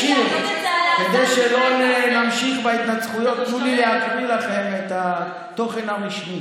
יש מצבים שמדינת ישראל החלה בהקמת יישוב ולא סיימה את ההסדרה שלו,